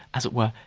as it were,